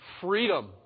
freedom